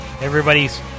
Everybody's